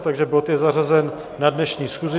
Takže bod je zařazen na dnešní schůzi.